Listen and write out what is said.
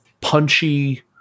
punchy